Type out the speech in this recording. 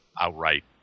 outright